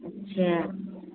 अच्छा